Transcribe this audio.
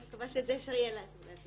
ומצא מנהל לשכת